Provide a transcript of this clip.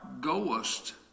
goest